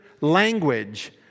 language